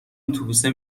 اتوبوسه